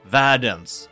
världens